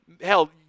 hell –